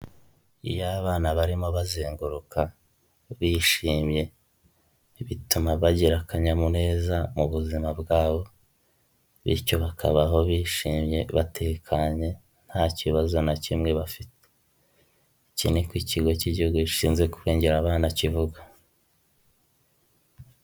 Iyo abana barimo bazenguruka bishimye, bituma bagira akanyamuneza mu buzima bwabo bityo bakabaho bishimye batekanye nta kibazo na kimwe bafite, iki niko ikigo cy'igihugu gishinzwe kurengera abana kivuga.